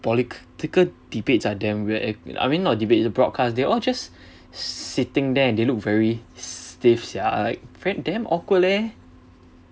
political debates are damn weird I mean not debate the broadcast they all just sitting there and they look very stiff sia like v~ damn awkward leh